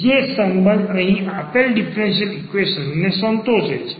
જે સંબંધ અહીં આપેલ ડીફરન્સીયલ ઈક્વેશન ને સંતોષે છે